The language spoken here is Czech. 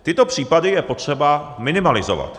Tyto případy je potřeba minimalizovat.